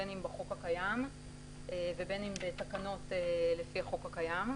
בין אם בחוק הקיים ובין אם בתקנות לפי החוק הקיים.